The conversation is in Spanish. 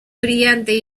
brillante